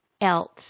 else